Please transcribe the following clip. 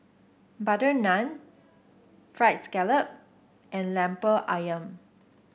butter naan fried scallop and Lemper ayam